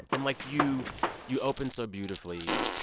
and like, you you open so beautifully,